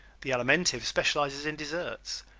the alimentive specializes in desserts,